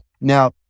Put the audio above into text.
Now